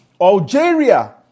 Algeria